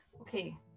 okay